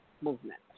movement